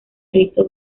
rito